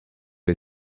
bij